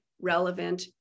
relevant